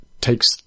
takes